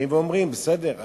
באים ואומרים: בסדר,